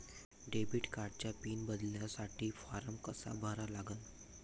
Debit कार्डचा pin बदलासाठी form कसा भरा लागन?